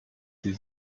sie